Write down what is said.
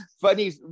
funny